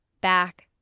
back